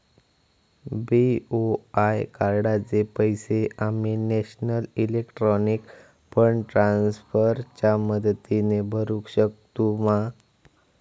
BOI कार्डाचे पैसे आम्ही नेशनल इलेक्ट्रॉनिक फंड ट्रान्स्फर च्या मदतीने भरुक शकतू मा?